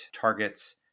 targets